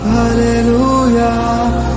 Hallelujah